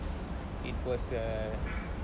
it was err